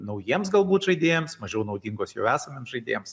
naujiems galbūt žaidėjams mažiau naudingos jau esamiems žaidėjams